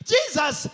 Jesus